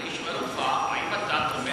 אני שואל אותך, האם אתה תומך ב-BDS?